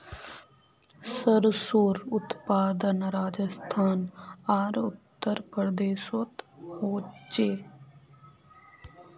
सर्सोंर उत्पादन राजस्थान आर उत्तर प्रदेशोत होचे